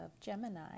Gemini